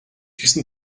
гэсэн